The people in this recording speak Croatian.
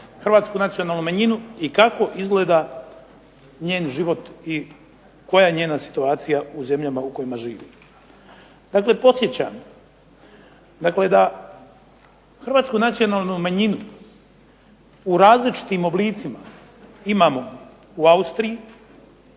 hrvatsku nacionalnu manjinu i kako izgleda njen život i koja je njena situacija u zemljama u kojima živi. Dakle, podsjećam da hrvatsku nacionalnu manjinu u različitim oblicima imamo u Austriji,